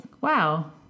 wow